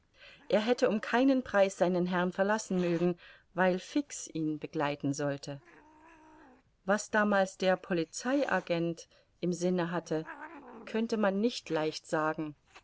er hätte um keinen preis seinen herrn verlassen mögen weil fix ihn begleiten sollte was damals der polizei agent im sinne hatte könnte man nicht leicht sagen